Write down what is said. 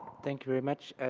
thank you very much.